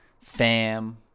fam